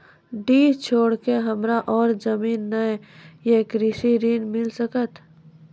डीह छोर के हमरा और जमीन ने ये कृषि ऋण मिल सकत?